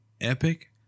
Epic